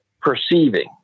perceiving